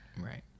Right